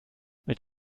mit